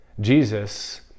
Jesus